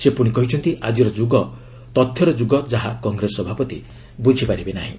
ସେ ପୁଣି କହିଛନ୍ତି ଆଜିର ଯୁଗ ତଥ୍ୟର ଯୁଗ ଯାହା କଂଗ୍ରେସ ସଭାପତି ବୁଝି ପାରିବେ ନାହିଁ